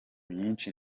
myinshi